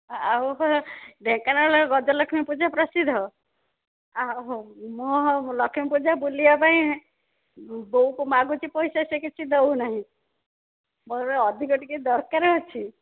ଆଉ ପରା ଢେଙ୍କାନାଳ ଗଜଲକ୍ଷ୍ମୀ ପୂଜା ପ୍ରସିଦ୍ଧ ଆଉ ମୁଁ ଆଉ ଲକ୍ଷ୍ମୀ ପୂଜା ବୁଲିବା ପାଇଁ ବୋଉକୁ ମାଗୁଛି ପଇସା ସେ କିଛି ଦେଉନାହିଁ ମୋର ଅଧିକ ଟିକିଏ ଦରକାର ଅଛି